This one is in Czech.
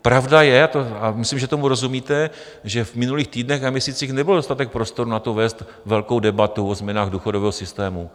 Pravda je, a myslím, že tomu rozumíte, že v minulých týdnech a měsících nebyl dostatek prostoru na to vést velkou debatu o změnách důchodového systému.